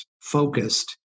focused